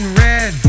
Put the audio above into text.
red